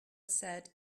said